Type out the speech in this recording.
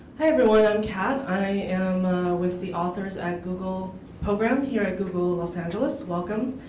hi everyone, i'm kat. i am with the authors and google program here at google los angeles. welcome.